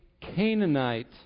Canaanite